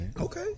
Okay